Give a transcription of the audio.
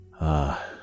Ah